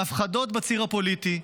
והפחדות בציר הפוליטי,